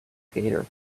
skater